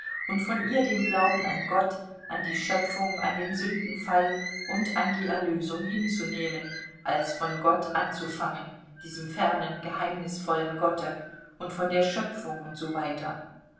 und von ihr den glauben an gott an die schöpfung an den sündenfall und an die erlösung hinzunehmen als von gott anzufangen diesem fernen geheimnisvollen gotte und von der schöpfung und so weiter